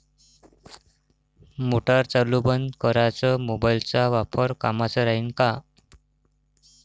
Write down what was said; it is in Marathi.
मोटार चालू बंद कराच मोबाईलचा वापर कामाचा राहीन का?